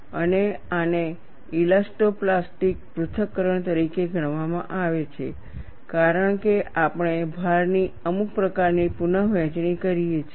અને આને elasto plastic પૃથ્થકરણ તરીકે ગણવામાં આવે છે કારણ કે આપણે ભારની અમુક પ્રકારની પુનઃવહેંચણી કરીએ છીએ